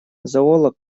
зоолог